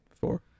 Four